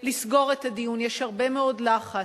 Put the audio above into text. לסגור את הדיון, יש הרבה מאוד לחץ,